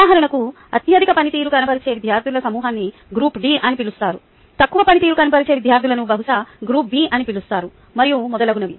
ఉదాహరణకు అత్యధిక పనితీరు కనబరిచే విద్యార్థుల సమూహాన్ని గ్రూప్ D అని పిలుస్తారు తక్కువ పనితీరు కనబరిచే విద్యార్థులను బహుశా గ్రూప్ బి అని పిలుస్తారు మరియు మొదలగునవి